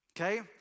okay